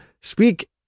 speak